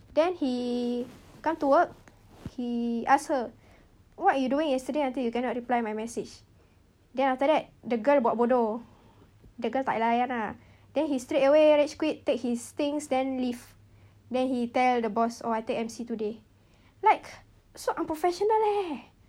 then he come to work he ask her what are you doing yesterday until you cannot reply my message then after that the girl buat bodoh the girl tak layan lah then he straight away rage quit take his things then leave then he tell the boss oh I take M_C today like so unprofessional leh